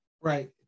Right